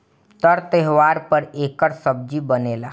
तर त्योव्हार पर एकर सब्जी बनेला